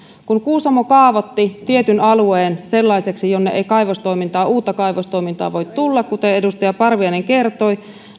kun kuusamo kaavoitti tietyn alueen sellaiseksi jonne ei uutta kaivostoimintaa voi tulla kuten edustaja parviainen kertoi